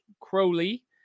Crowley